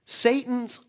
Satan's